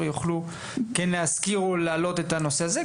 יוכלו כן להזכיר או להעלות את הנושא הזה,